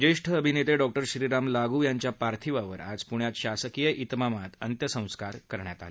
ज्येष्ठ अभिनेते डॉक्टर श्रीराम लागू यांच्या पार्थिवावर आज पुण्यात शासकीय तिमामात अंत्यसंस्कार करण्यात आले